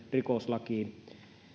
rikoslakiin